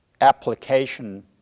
application